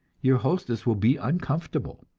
your hostess will be uncomfortable,